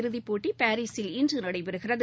இறுதி போட்டி பாரிசில் இன்று நடைபெறுகிறது